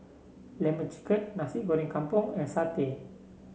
lemon chicken Nasi Goreng Kampung and satay